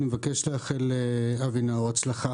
אבקש לאחל לאבי נאור הצלחה,